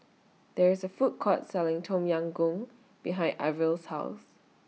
There IS A Food Court Selling Tom Yam Goong behind Ivey's House